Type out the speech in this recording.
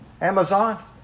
Amazon